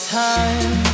time